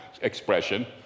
Expression